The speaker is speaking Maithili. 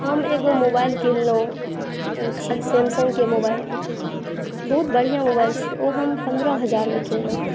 हम एगो मोबाइल किनलहुँ ओ छी सैमसंगके मोबाइल बहुत बढ़िआँ मोबाइल छै ओ हम पंद्रह हज़ारमे किनलहुँ हँ